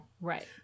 Right